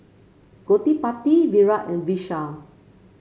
Gottipati Virat and Vishal